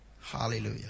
Hallelujah